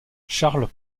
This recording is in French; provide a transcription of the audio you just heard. charles